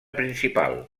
principal